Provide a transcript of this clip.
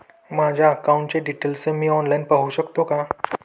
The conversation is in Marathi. माझ्या अकाउंटचे डिटेल्स मी ऑनलाईन पाहू शकतो का?